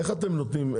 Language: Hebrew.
איך אתם נותנים?